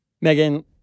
Megan